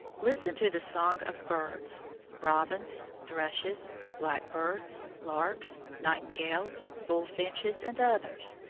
listen to the song of birds robins, thrushes, blackbirds, larks, nightingales, bullfinches and others,